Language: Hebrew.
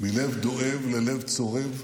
מלב דואב ללב צורב,